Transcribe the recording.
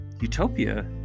Utopia